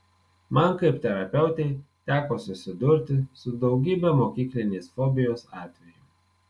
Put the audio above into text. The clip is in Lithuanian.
man kaip terapeutei teko susidurti su daugybe mokyklinės fobijos atvejų